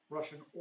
Russian